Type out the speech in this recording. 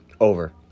Over